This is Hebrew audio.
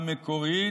המקורית.